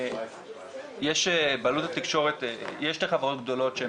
שתי חברות גדולות שהן